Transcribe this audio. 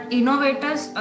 innovators